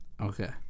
Okay